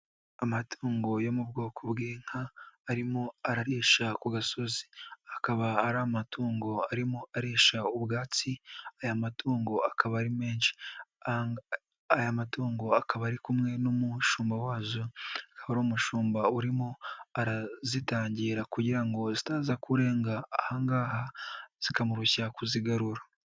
Amatungo yo mu bwoko bw'inka arimo ararisha ku gasozi, akaba ari amatungo arimo arisha ubwatsi, aya matungo akaba ari menshi, aya matungo akaba ari kumwe n'umushumba wazo, akaba ari umushumba urimo arazitangira kugira ngo zitaza kurehanga aha ngaha zikamurushya kuzigarura.